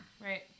right